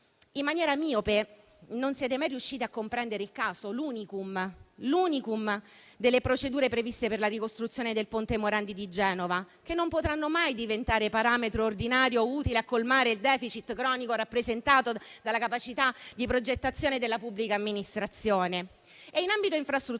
In maniera miope non siete mai riusciti a comprendere il caso, l'*unicum* delle procedure previste per la ricostruzione del ponte Morandi di Genova, che non potranno mai diventare parametro ordinario utile a colmare il *deficit* cronico rappresentato dalla capacità di progettazione della pubblica amministrazione. In ambito infrastrutturale